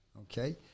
okay